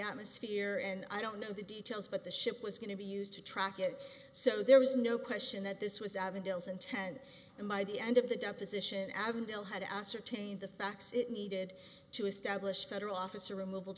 atmosphere and i don't know the details but the ship was going to be used to track it so there was no question that this was avondale intent and by the end of the deposition avondale had to ascertain the facts it needed to establish federal officer